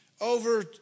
over